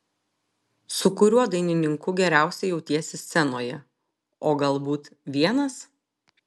su kuriuo dainininku geriausiai jautiesi scenoje o galbūt vienas